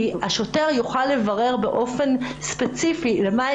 השוטר יוכל לברר באופן ספציפי למה היא